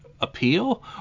appeal